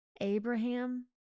Abraham